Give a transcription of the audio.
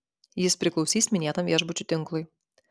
jis priklausys minėtam viešbučių tinklui